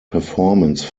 performance